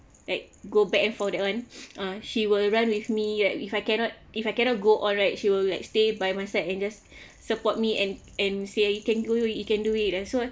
at go back and for that one ah she will run with me right if I cannot if I cannot go right she will like stay by my side and just support me and and say you can do you can do it and so